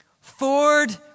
Ford